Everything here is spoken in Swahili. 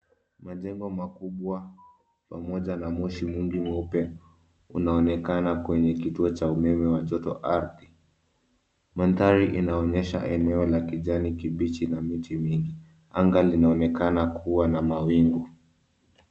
Majengo makubwa pamoja na moshi mwingi mweupe, unaonekana kwenye kituo cha umeme wa joto arthi, mandari inaonesha eneo la kijani kibichi na miti mingi, anga linaonekana kuwa na mawingu.